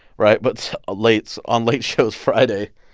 right? but late on late shows friday,